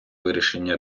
вирішення